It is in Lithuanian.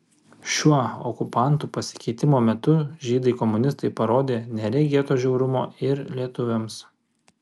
šiuo okupantų pasikeitimo metu žydai komunistai parodė neregėto žiaurumo ir lietuviams